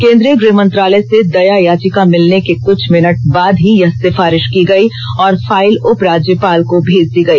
केन्द्रीय गृह मंत्रालय से दया याचिका मिलने के कुछ भिनट बाद ही यह सिफारिश की गई और फाइल उपराज्यपाल को भेज दी गई